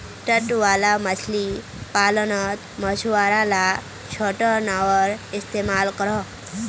तट वाला मछली पालानोत मछुआरा ला छोटो नओर इस्तेमाल करोह